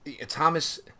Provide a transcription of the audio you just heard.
Thomas